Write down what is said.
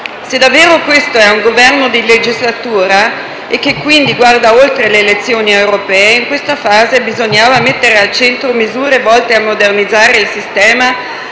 è davvero un Governo di legislatura, che quindi guarda oltre le elezioni europee, in questa fase bisognava mettere al centro misure volte a modernizzare il sistema e